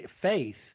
faith